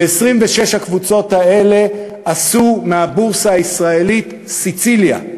ו-26 הקבוצות האלה עשו מהבורסה הישראלית סיציליה.